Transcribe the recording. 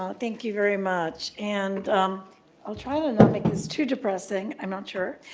um thank you very much. and i'll try to not make this too depressing. i'm not sure.